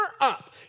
up